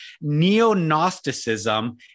neo-Gnosticism